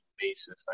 basis